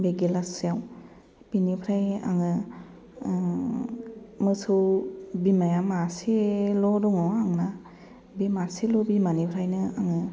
बे गिलाससेयाव बिनिफ्राय आङो मोसौ बिमाया मासेल' दङ आंना बे मासेल' बिमानिफ्रायनो आङो